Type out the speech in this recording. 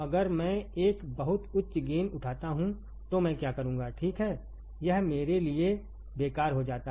अगर मैंएक बहुत उच्च गेन उठाता हूँ तो मैं क्या करूँगा ठीक है यह मेरे लिए बेकार हो जाता है